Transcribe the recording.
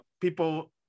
people